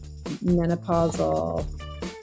menopausal